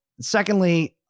Secondly